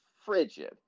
frigid